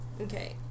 Okay